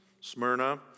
Smyrna